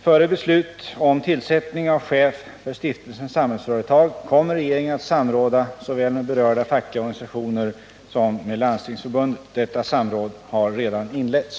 Före beslut om tillsättning av chef för Stiftelsen Samhällsföretag kommer regeringen att samråda såväl med berörda fackliga organisationer som med Landstingsförbundet. Detta samråd har redan inletts.